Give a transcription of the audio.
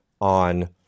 on